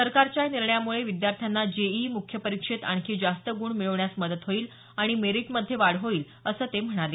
सरकारच्या या निर्णयामुळे विद्यार्थ्यांना जेईई मुख्य परीक्षेत आणखी जास्त गुण मिळवण्यास मदत होईल आणि मेरिटमध्ये वाढ होईल असं ते म्हणाले